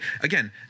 Again